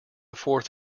fourth